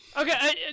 Okay